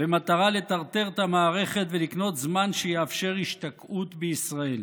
במטרה לטרטר את המערכת ולקנות זמן שיאפשר השתקעות בישראל.